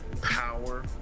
power